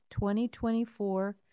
2024